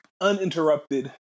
uninterrupted